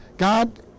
God